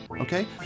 okay